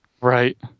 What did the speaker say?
Right